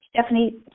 Stephanie